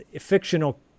fictional